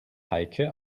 heike